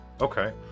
Okay